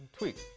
tweet.